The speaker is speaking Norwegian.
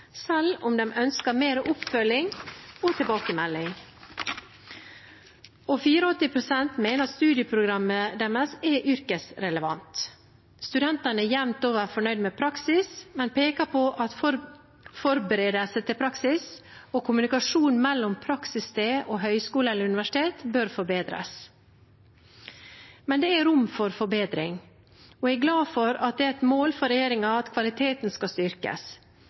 selv om de ønsker mer oppfølging og tilbakemelding. 84 pst. mener at studieprogrammet deres er yrkesrelevant. Studentene er jevnt over fornøyd med praksis, men peker på at forberedelser til praksis og kommunikasjonen mellom praksissted og høyskole eller universitet bør forbedres. Men det er rom for forbedring, og jeg er glad for at det er et mål for regjeringen at kvaliteten skal styrkes.